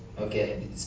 Okay